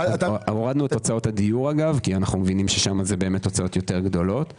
הורדנו את הוצאות הדיור כי שם אנו מבינים שזה באמת הוצאות גדולות יותר,